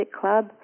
Club